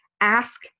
ask